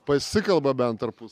pasikalba bent tarpus